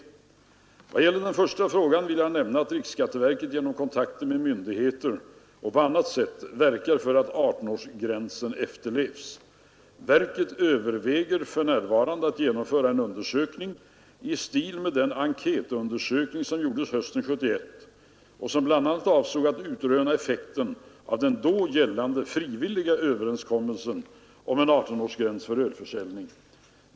Vad gäller den första frågan vill jag nämna att riksskatteverket genom kontakter med myndigheter och på annat sätt verkar för att 18-årsgränsen efterlevs. Verket överväger för närvarande att genomföra en undersökning i stil med den enkätundersökning som gjordes hösten 1971 och som bl.a. avsåg att utröna effekten av den då gällande frivilliga överenskommelsen om en 18-årsgräns för ölförsäljning.